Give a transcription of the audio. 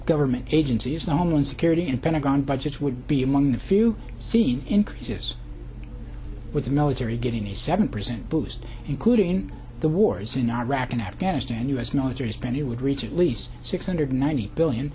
government agencies the homeland security and pentagon budget would be among the few seen increases with the military getting a seven percent boost including the wars in iraq and afghanistan u s military spend it would reach at least six hundred ninety billion